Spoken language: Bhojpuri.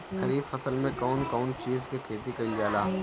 खरीफ फसल मे कउन कउन चीज के खेती कईल जाला?